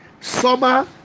summer